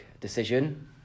decision